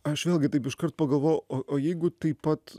aš vėlgi taip iškart pagalvojau o o jeigu taip pat